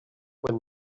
when